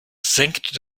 senkt